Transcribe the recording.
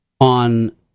on